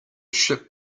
ship